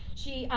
she,